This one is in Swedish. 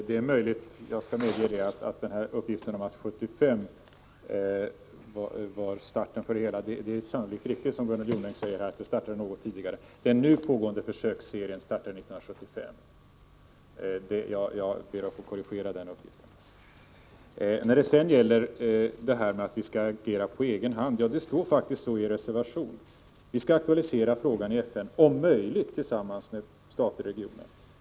Herr talman! Jag lämnade uppgiften att de franska kärnvapenproven startades 1975, men det är sannolikt riktigt, som Gunnel Jonäng säger, att de startades något tidigare. Den nu pågående försöksserien startade 1975. Jag ber alltså att få korrigera min uppgift. När det gäller frågan om att Sverige agerar på egen hand, står det i reservationen att ”regeringen bör aktualisera denna fråga i FN, om möjligt tillsammans med stater i regionen”.